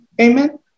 Amen